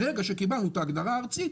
ברגע שקיבלנו את ההגדרה הארצית,